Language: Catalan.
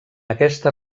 aquesta